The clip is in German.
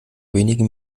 wenigen